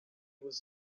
was